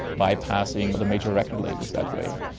bypassing the major record labels that way,